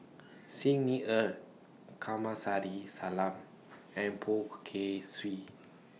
Xi Ni Er Kamsari Salam and Poh Kay Swee